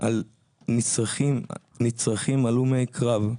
על נצרכים הלומי קרב.